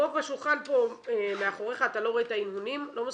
רוב השולחן פה לא מסכים אתך.